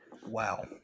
wow